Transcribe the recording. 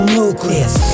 nucleus